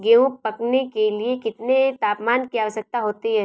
गेहूँ पकने के लिए कितने तापमान की आवश्यकता होती है?